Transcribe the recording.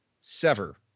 Sever